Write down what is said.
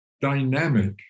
dynamic